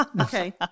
Okay